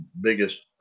biggest